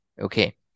Okay